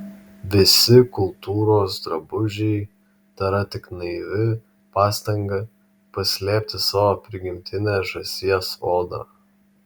visi kultūros drabužiai tėra tik naivi pastanga paslėpti savo prigimtinę žąsies odą